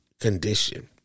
condition